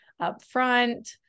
upfront